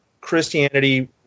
Christianity